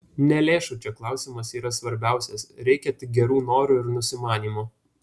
ne lėšų čia klausimas yra svarbiausias reikia tik gerų norų ir nusimanymo